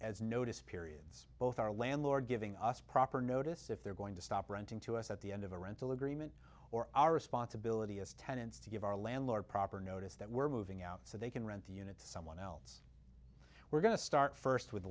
as notice periods both our landlord giving us proper notice if they're going to stop ranting to us at the end of a rental agreement or our responsibility as tenants to give our landlord proper notice that we're moving out so they can rent the unit to someone else we're going to start first with